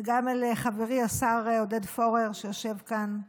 וגם אל חברי השר עודד פורר, שיושב כאן איתנו,